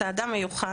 אתה אדם מיוחד,